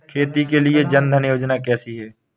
खेती के लिए जन धन योजना कैसी है?